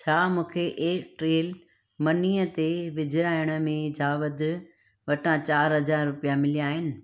छा मूंखे एयरटेल मनीअ ते वेझिराईअ में जावद वटां चारि हज़ार रुपिया मिलिया आहिनि